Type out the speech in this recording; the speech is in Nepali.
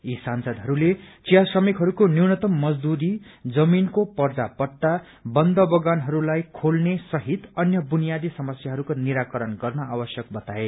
यी सांसदहस्ले चिया श्रमिकहस्को न्यूनतम मजदूरी जमीनको पर्जापट्टा बन्द बगानहस्लाई खोल्ने सहित अन्य बुनियादी समस्याहरूको निराकरण गर्न आवश्यक बताए